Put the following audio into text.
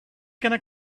gonna